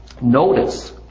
notice